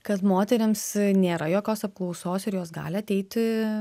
kad moterims nėra jokios apklausos ir jos gali ateiti